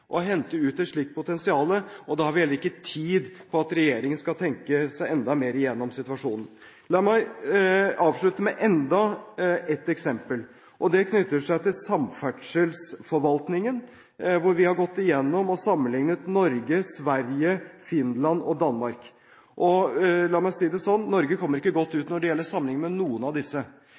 at regjeringen skal tenke enda mer gjennom situasjonen. La meg avslutte med enda et eksempel, og det knytter seg til samferdselsforvaltningen, hvor vi har gått gjennom og sammenlignet tall fra Norge, Sverige, Finland og Danmark. La meg si det sånn: Norge kommer ikke godt ut når det gjelder en sammenligning med noen av disse.